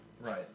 Right